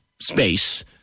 space